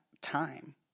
time